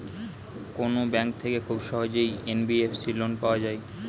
কোন ব্যাংক থেকে খুব সহজেই এন.বি.এফ.সি লোন পাওয়া যায়?